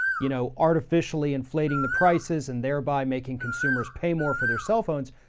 you know, artificially inflating the prices and thereby making consumers pay more for their cell phones,